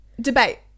Debate